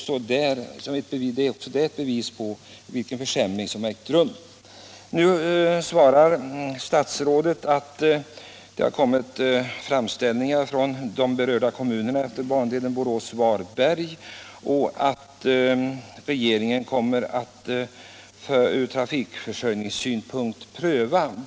Statsrådet svarar att det har kommit framställningar från de berörda kommunerna utefter bandelen Borås-Varberg vilka kommer att prövas av regeringen från trafikförsörjningssynpunkt.